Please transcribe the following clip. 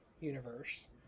universe